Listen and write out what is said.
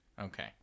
Okay